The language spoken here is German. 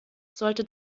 sollte